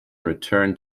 returned